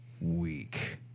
week